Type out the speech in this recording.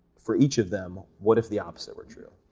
for each of them, what if the opposite were true.